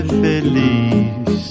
feliz